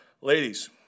Ladies